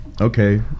okay